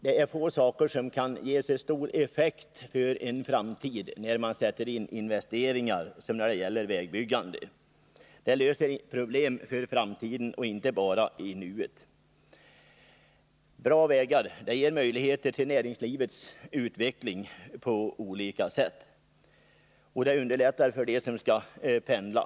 Det är få saker som kan ge så stor effekt i framtiden som just vägbyggande. Det löser problem för framtiden och inte bara i nuet. Bra vägar ger näringslivet möjligheter till utveckling på olika sätt, och det underlättar för dem som skall pendla.